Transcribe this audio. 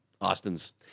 Austin's